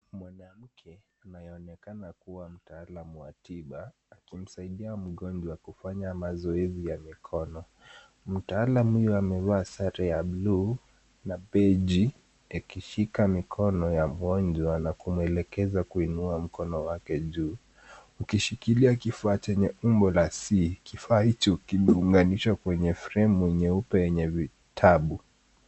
Mwanamke anaye onekana kubwa mtaalamu wa tiba, akimsaidia mgonjwa kufanya mazoezi ya mikono, mwanamke huyu amevaa sare ya bluu ya beji na anamsaidia mgonjwa kuinua mkono wake juu ikishikilia kifaa chenye umbo ya C, kifaa hicho kimeunga rushwa kwenye fremu nyeupe yenye vitabu.